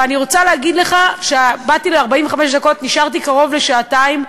ואני רוצה להגיד לך שבאתי ל-45 דקות ונשארתי קרוב לשעתיים.